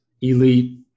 elite